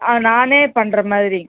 ஆ நானே பண்ணுற மாதிரி